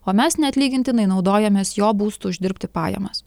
o mes neatlygintinai naudojamės jo būstu uždirbti pajamas